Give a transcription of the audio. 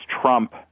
Trump